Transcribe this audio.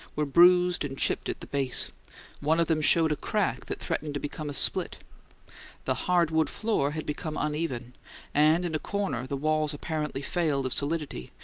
were bruised and chipped at the base one of them showed a crack that threatened to become a split the hard-wood floor had become uneven and in a corner the walls apparently failed of solidity,